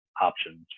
options